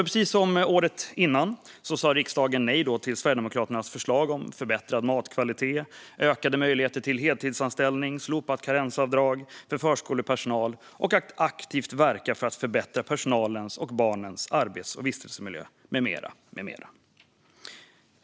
Precis som året innan sa alltså riksdagen nej till Sverigedemokraternas förslag om förbättrad matkvalitet, ökade möjligheter till heltidsanställning, slopat karensavdrag för förskolepersonal och att aktivt verka för att förbättra personalens och barnens arbets och vistelsemiljö med mera.